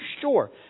sure